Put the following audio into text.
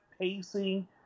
pacing